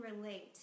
relate